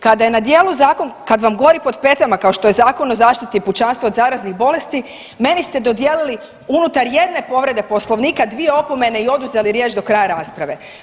Kada je na djelu zakon, kad vam gori pod petama kao što je Zakon o zaštiti pučanstva od zaraznih bolesti meni ste dodijelili unutar jedne povrede Poslovnika 2 opomene i oduzeli riječ do kraja rasprave.